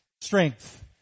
strength